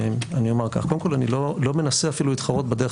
ואני אומר כך: קודם כל אני לא מנסה אפילו להתחרות בדרך